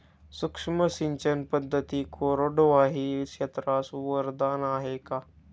सूक्ष्म सिंचन पद्धती कोरडवाहू क्षेत्रास वरदान आहे का?